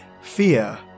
fear